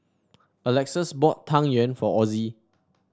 Alexus bought Tang Yuen for Ozzie